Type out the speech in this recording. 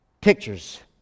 Pictures